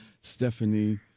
Stephanie